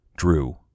Drew